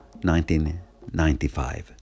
1995